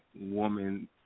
woman